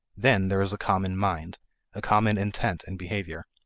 then there is a common mind a common intent in behavior.